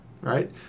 right